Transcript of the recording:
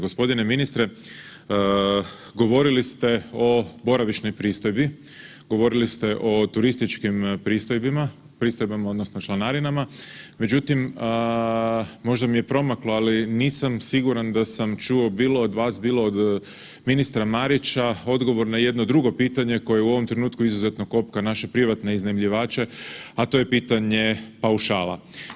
Gospodine ministre, govorili ste o boravišnoj pristojbi, govorili ste o turističkim pristojbama odnosno članarinama, međutim možda mi je promaklo ali nisam siguran da sam čuo bilo od vas, bilo od ministra Marića odgovor na jedno drugo pitanje koje u ovom trenutku izuzetno kopka naše privatne iznajmljivače, a to je pitanje paušala.